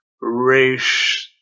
race